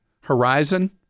Horizon